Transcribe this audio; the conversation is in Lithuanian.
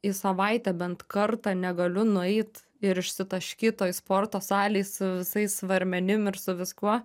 į savaitę bent kartą negaliu nueit ir išsitaškyt toj sporto salėj su visais svarmenim ir su viskuo